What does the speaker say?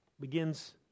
begins